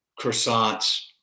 croissants